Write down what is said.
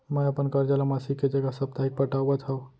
मै अपन कर्जा ला मासिक के जगह साप्ताहिक पटावत हव